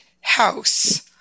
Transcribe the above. house